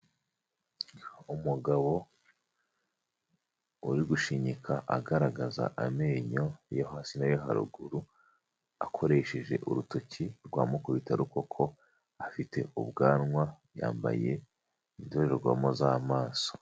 Umugabo uri gushinyika agaragaza amenyo yo hasi nayo haruguru, akoresheje urutoki rwa mukubitarukoko afite ubwanwa, yambaye indorerwamo z'amaso.